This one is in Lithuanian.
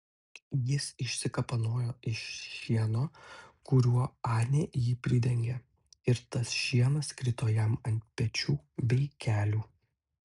jis išsikapanojo iš šieno kuriuo anė jį pridengė ir tas šienas krito jam ant pečių bei kelių